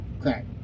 crack